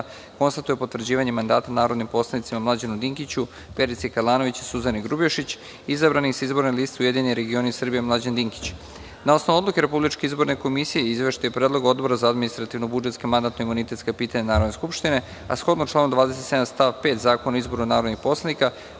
konstatuje potvrđivanje mandata narodnim poslanicima Mlađanu Dinkiću, Verici Kalanović i Suzani Grubješić, izabranim sa izborne liste URS – Mlađan Dinkić. Na osnovu Odluke Republičke izborne komisije i Izveštaja i predloga Odbora administrativno-budžetska i mandatno-imunitetska pitanja Narodne skupštine, a shodno članu 27. stav 5. Zakona o izboru narodnih poslanika,